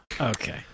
Okay